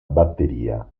batteria